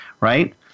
right